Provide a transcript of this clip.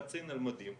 קצין על מדים,